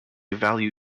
value